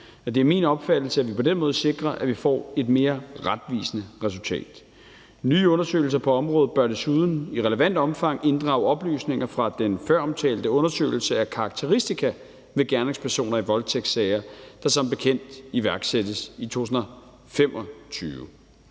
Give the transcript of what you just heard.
Det er min opfattelse, at vi på den måde sikrer, at vi får et mere retvisende resultat. Nye undersøgelser på området bør desuden i relevant omfang inddrage oplysninger fra den føromtalte undersøgelse af karakteristika ved gerningspersoner i voldtægtssager, der som bekendt iværksættes i 2025.